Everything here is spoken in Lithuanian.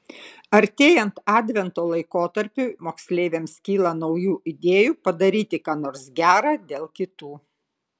artėjant advento laikotarpiui moksleiviams kyla naujų idėjų padaryti ką nors gera dėl kitų